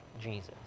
Jesus